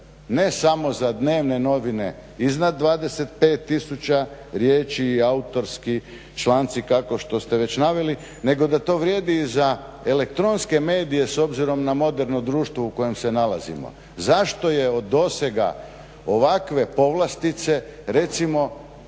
Ne samo za dnevne novine iznad 25 tisuća riječi i autorski članci kao što te već naveli, nego da to vrijedi i za elektronske medije s obzirom na moderno društvo u kojem se nalazimo. Zašto je od dosega ovakve povlastice recimo